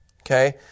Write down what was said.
Okay